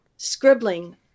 Scribbling